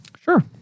Sure